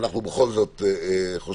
אנחנו בכל זאת חושבים